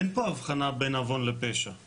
אין פה הבחנה בין עוון לפשע.